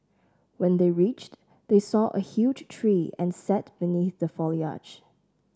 when they reached they saw a huge tree and sat beneath the foliage